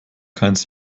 keines